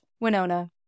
Winona